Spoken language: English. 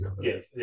Yes